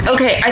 Okay